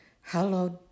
hallowed